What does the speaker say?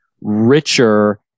richer